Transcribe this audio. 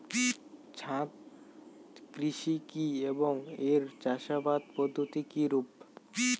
ছাদ কৃষি কী এবং এর চাষাবাদ পদ্ধতি কিরূপ?